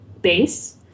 base